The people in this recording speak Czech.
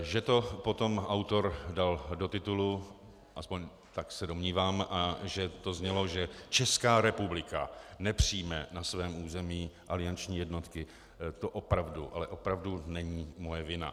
Že to potom autor dal do titulu, aspoň tak se domnívám, a že to znělo, že Česká republika nepřijme na svém území alianční jednotky, to opravdu, ale opravdu není moje vina.